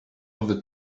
other